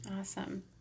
Awesome